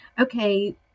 okay